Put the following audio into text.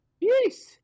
yes